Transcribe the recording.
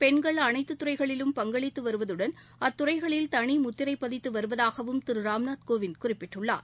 பெண்கள் அனைத்துத் துறைகளிலும் பங்களித்து வருவதுடன் அத்துறைகளில் தனி முத்திரை பதித்து வருவதாகவும் திரு ராம்நாத் கோவிந்த் குறிப்பிட்டுள்ளார்